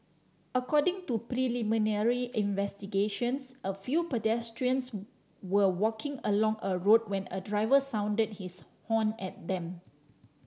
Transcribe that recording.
according to preliminary investigations a few pedestrians were walking along a road when a driver sounded his horn at them